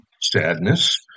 sadness